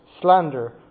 slander